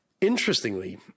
interestingly